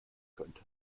könnte